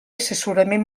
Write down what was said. assessorament